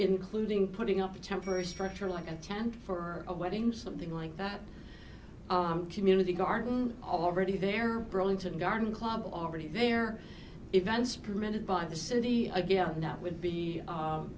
including putting up a temporary structure like a tent for a wedding something like that community garden already there burlington garden club already their events permitted by the city again that would be